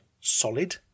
solid